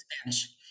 Spanish